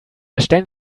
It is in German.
stellen